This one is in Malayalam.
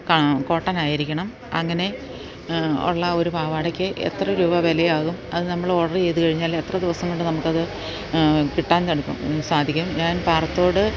കോട്ടണ് ആയിരിക്കണം അങ്ങനെ ഉള്ളൊരു പാവാടയ്ക്ക് എത്ര രൂപ വിലയാകും അത് നമ്മള് ഓഡര് ചെയ്തുകഴിഞ്ഞാല് എത്ര ദിവസം കൊണ്ട് നമുക്കത് കിട്ടാൻ സാധിക്കും ഞാൻ പാറത്തോട്